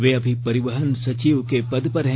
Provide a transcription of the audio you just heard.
वे अभी परिवहन सचिव के पद पर हैं